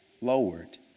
lowered